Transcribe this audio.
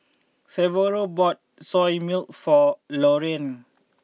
Severo bought Soya Milk for Lorrayne